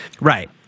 Right